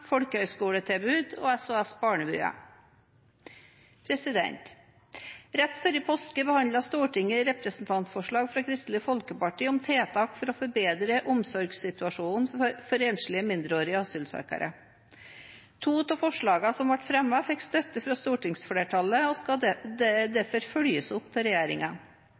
og SOS Barnebyer. Rett før påske behandlet Stortinget et representantforslag fra Kristelig Folkeparti om tiltak for å forbedre omsorgssituasjonen for enslige mindreårige asylsøkere. To av forslagene som ble fremmet, fikk støtte fra stortingsflertallet og skal derfor følges opp